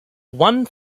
one